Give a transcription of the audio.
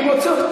אני מוציא אותך.